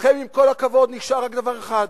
לכן, עם כל הכבוד, נשאר רק דבר אחד: